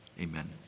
Amen